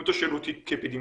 אם אתה שואל אותי כאפידמיולוג,